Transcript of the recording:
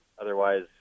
otherwise